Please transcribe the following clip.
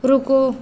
रुको